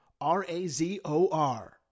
R-A-Z-O-R